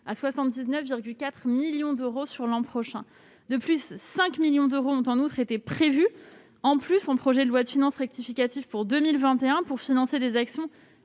à 79,4 millions d'euros l'an prochain. De plus, 5 millions d'euros supplémentaires ont été prévus dans le cadre du projet de loi de finances rectificative pour 2021 pour financer les actions